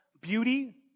beauty